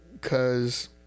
Cause